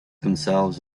themselves